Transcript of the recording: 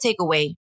takeaway